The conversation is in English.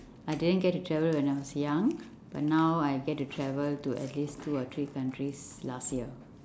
I didn't get to travel when I was young but now I get to travel to at least two or three countries last year